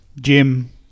Jim